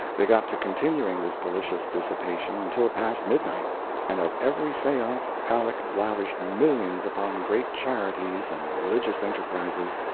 they got to continuing this delicious dissipation until past midnight and at every seance aleck lavished millions upon great charities and religious enterprises,